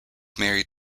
married